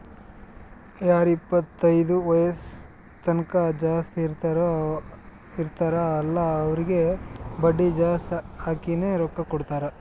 ಯಾರು ಇಪ್ಪತೈದು ವಯಸ್ಸ್ಕಿಂತಾ ಜಾಸ್ತಿ ಇರ್ತಾರ್ ಅಲ್ಲಾ ಅವ್ರಿಗ ಬಡ್ಡಿ ಜಾಸ್ತಿ ಹಾಕಿನೇ ರೊಕ್ಕಾ ಕೊಡ್ತಾರ್